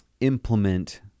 implement